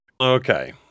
Okay